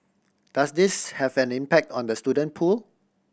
does this have an impact on the student pool